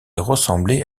ressemblait